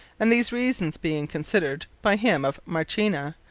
and these reasons being considered by him of marchena,